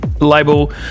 label